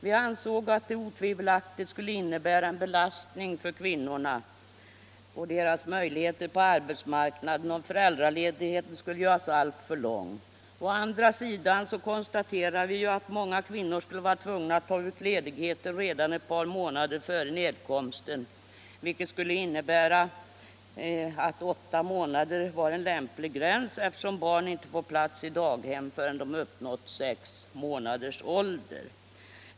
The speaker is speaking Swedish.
Vi ansåg att det otvivelaktigt skulle innebära en belastning för kvinnorna när det gällde deras möjligheter på arbetsmarknaden om föräldraledigheten gjordes alltför lång. Å andra sidan konstaterade vi att många kvinnor är tvungna att ta ut ledighet redan ett par månader före nedkomsten. Åtta månader bedömdes då vara en lämplig gräns för ledigheten, eftersom barn inte får plats i daghem förrän de uppnått sex månaders ålder.